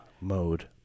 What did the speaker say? mode